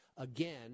Again